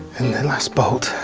and the last bolt,